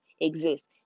exist